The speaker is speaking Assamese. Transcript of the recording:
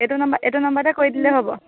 এইটো নাম্বাৰ এইটো নাম্বাৰতে কৰি দিলেই হ'ব